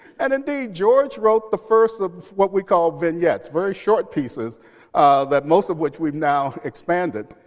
and indeed, george wrote the first of what we call, vignettes very short pieces that most of which we've now expanded.